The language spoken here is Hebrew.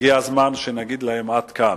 הגיע הזמן שנגיד להם: עד כאן.